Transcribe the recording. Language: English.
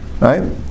right